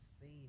seen